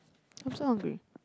I'm so hungry